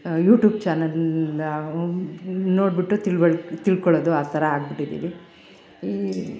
YouTube channel ನೋಡಿಬಿಟ್ಟು ತಿಳ್ವಳ್ ತಿಳ್ಕೊಳ್ಳೋದು ಆ ಥರ ಆಗ್ಬಿಟ್ಟಿದ್ದೀವಿ ಈ